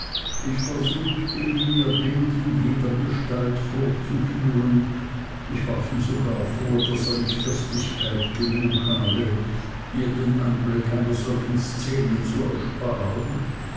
ich versuchte ihm ihr bild in jeder gestalt vorzuführen ich warf ihm sogar vor daß er nicht festigkeit genug habe ihr den anblick einer solchen szene zu ersparen